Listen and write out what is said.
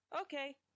Okay